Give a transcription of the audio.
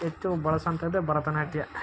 ಹೆಚ್ಚು ಬಳಸುವಂಥದ್ದೇ ಭರತನಾಟ್ಯ